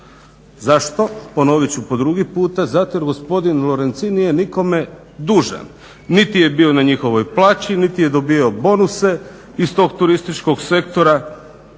Zašto? Ponovit ću po drugi puta, zato jer gospodin Lorencin nije nikome dužan, niti je bio na njihovoj plaći niti je dobivao bonuse iz tog turističkog sektora.